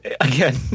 again